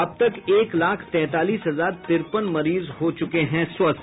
अब तक एक लाख तैंतालीस हजार तिरपन मरीज हो चुके हैं स्वस्थ